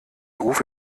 rufe